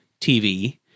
TV